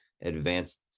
advanced